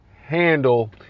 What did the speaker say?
handle